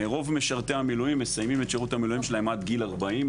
רוב משרתי המילואים מסיימים את שירות המילואים שלהם עד גיל 40,